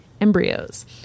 embryos